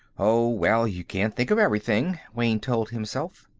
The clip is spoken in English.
oh, well, you can't think of everything, wayne told himself.